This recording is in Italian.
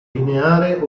lineare